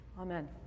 amen